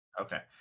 Okay